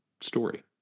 story